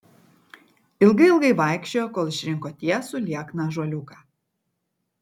ilgai ilgai vaikščiojo kol išrinko tiesų liekną ąžuoliuką